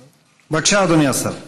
בבקשה, אדוני השר.